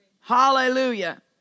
Hallelujah